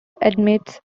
admits